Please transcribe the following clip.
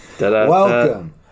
welcome